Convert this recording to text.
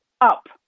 up